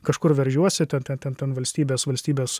kažkur veržiuosi ten ten ten ten valstybės valstybės